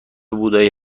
بودایی